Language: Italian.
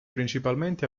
principalmente